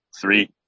three